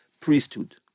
priesthood